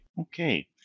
okay